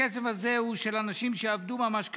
הכסף הזה הוא של אנשים שעבדו ממש קשה,